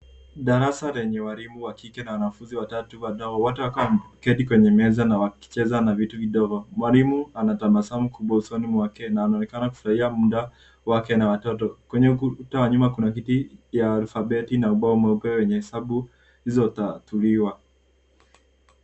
Darasa lenye walimu wa kike na wanafunzi watatu wote wakiwa wameketi kwenye meza na wakicheza na vitu vidogo. Mwalimu anatabasamu kubwa usoni mwake na anaonekana kufurahia muda wake na watoto. Kwenye ukuta wa nyuma kuna cheti ya alfabeti na ubao mweupe wenye hesabu zilizotatuliwa.